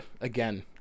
again